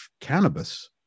cannabis